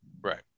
Right